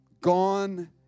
gone